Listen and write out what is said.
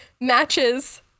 matches